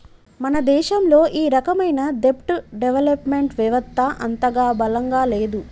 మన దేశంలో ఈ రకమైన దెబ్ట్ డెవలప్ మెంట్ వెవత్త అంతగా బలంగా లేదు